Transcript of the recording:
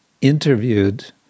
interviewed